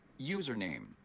Username